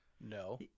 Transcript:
No